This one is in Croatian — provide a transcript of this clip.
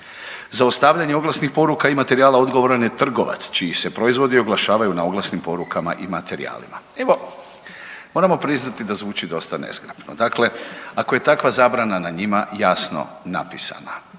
Za ostavljanje oglasnih poruka i materijala odgovoran je trgovac čiji se proizvodi oglašavaju na oglasnim porukama i materijalima. Evo, moramo priznati da zvuči dosta nezgrapno. Dakle, ako je takva zabrana na njima jasno napisana.